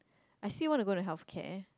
I still want to go to health care